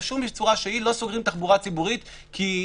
שבשום צורה שהיא לא סוגרים תחבורה ציבורית כי היא